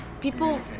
people